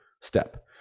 step